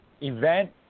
event